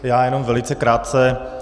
Já jenom velice krátce.